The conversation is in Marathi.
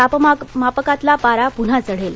तापमापकातला पारा पुन्हा चढेल